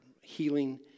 healing